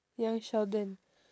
young sheldon